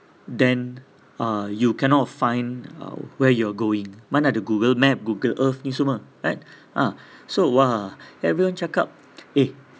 then uh you cannot find uh where you're going mana ada Google map Google Earth ni semua right so !wah! everyone cakap eh